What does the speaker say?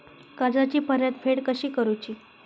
कर्जाची परतफेड कशी करूची?